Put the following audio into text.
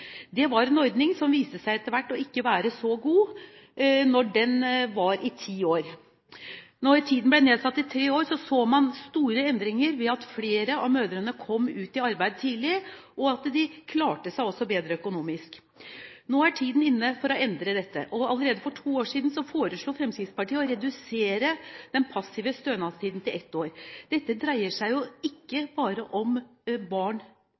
Det var en ordning som etter hvert viste seg ikke å være så god da stønadstiden kunne vare i ti år. Da stønadstiden ble nedsatt til tre år, så man store endringer ved at flere av mødrene kom ut i arbeid tidlig, og ved at de klarte seg bedre økonomisk. Nå er tiden inne for å endre dette. Allerede for to år siden foreslo Fremskrittspartiet å redusere den passive stønadstiden til ett år. Det dreier seg ikke bare om barn